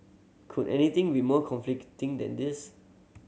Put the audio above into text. could anything be more conflicting than this